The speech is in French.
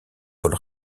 paul